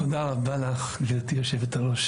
תודה רבה לך גברתי יושבת הראש